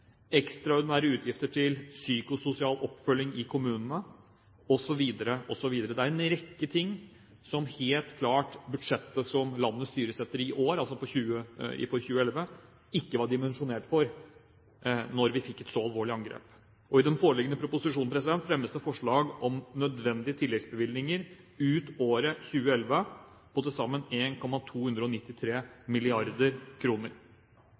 ekstraordinære utgifter til psykososial oppfølging i kommunene osv., osv. Det er en rekke ting som helt klart budsjettet som landet styres etter i år, altså for 2011, ikke var dimensjonert for da vi fikk et så alvorlig angrep. I den foreliggende proposisjon fremmes det forslag om nødvendige tilleggsbevilgninger ut året 2011 på til sammen 1 029,3 mill. kr. En